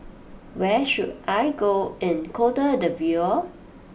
where should I go in Cote d'Ivoire